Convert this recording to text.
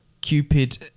Cupid